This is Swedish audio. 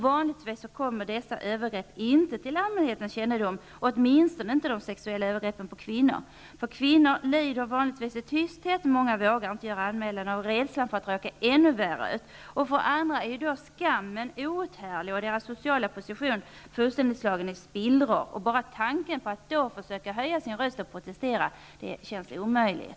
Vanligtvis kommer dessa övergrepp inte till allmänhetens kännedom, åtminstone inte de sexuella övergreppen på kvinnor. Kvinnorna lider vanligtvis i tysthet. Många vågar inte göra anmälan av rädsla för att råka ännu värre ut. För andra är skammen outhärdlig och deras sociala position fullständigt slagen i spillror. Bara tanken att då försöka höja sin röst och protestera känns omöjlig.